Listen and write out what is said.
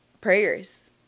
prayers